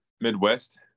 Midwest